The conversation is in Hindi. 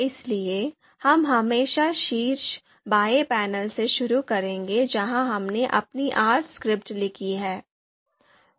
इसलिए हम हमेशा शीर्ष बाएं पैनल से शुरू करेंगे जहां हमने अपनी R स्क्रिप्ट लिखी है